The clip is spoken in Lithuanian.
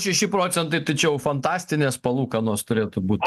šeši procentai tai čia jau fantastinės palūkanos turėtų būt